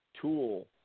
tool